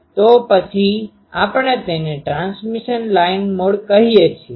તો આપણે તેને ટ્રાન્સમિશન લાઇન મોડ કહીએ છીએ